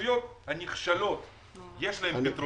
הנושא הזה של העלאה מדורגת הוא הנחיה של משרד הפנים